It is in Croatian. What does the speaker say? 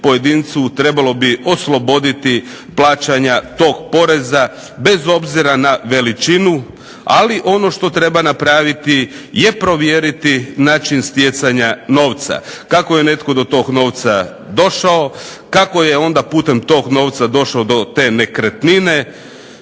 trebalo bi osloboditi plaćanja tog poreza, bez obzira na veličinu, ali ono što treba napraviti je provjeriti način stjecanja novca, kako je netko do tog novca došao, kako je onda putem tog novca došao do te nekretnine